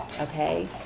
Okay